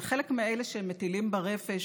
וחלק מאלה שמטילים בה רפש